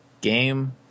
game